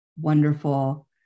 wonderful